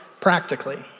practically